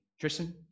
Tristan